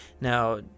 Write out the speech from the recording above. Now